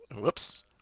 whoops